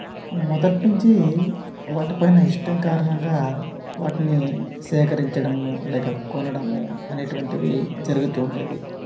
మొదటి నుంచి వాటిపైన ఇష్టం కారణంగా వాటిని సేకరించడము లేక కొనడము అనేటువంటివి జరుగుతూ ఉండేది